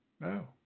no